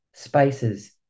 Spices